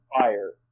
fire